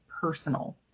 personal